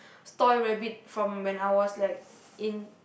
toy rabbit from when I was like in